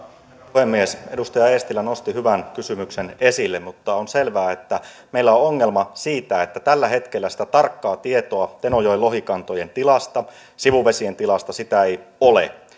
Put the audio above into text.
puhemies edustaja eestilä nosti hyvän kysymyksen esille mutta on selvää että meillä on ongelma siitä että tällä hetkellä sitä tarkkaa tietoa tenojoen lohikantojen tilasta ja sivuvesien tilasta ei ole